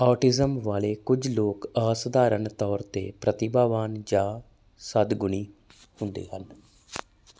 autism ਵਾਲੇ ਕੁਝ ਲੋਕ ਅਸਾਧਾਰਣ ਤੌਰ 'ਤੇ ਪ੍ਰਤਿਭਾਵਾਨ ਜਾਂ ਸਦ ਗੁਣੀ ਹੁੰਦੇ ਹਨ